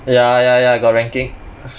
ya ya ya got ranking